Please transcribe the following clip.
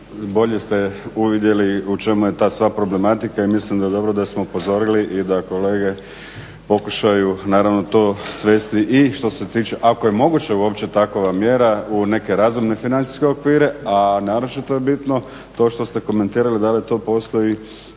bolje ste uvidjeli u čemu je ta sva problematika. I mislim da je dobro da smo upozorili i da kolege pokušaju naravno to svesti i što se tiče ako je moguće takva mjera u neke razumne financijske okvire. A naročito je bitno, to što ste komentirali da li to postoji